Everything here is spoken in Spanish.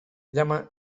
llama